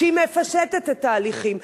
שמפשטת את התהליכים,